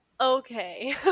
okay